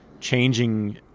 changing